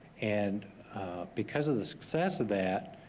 and because of the success of that,